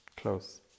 close